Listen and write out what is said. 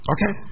Okay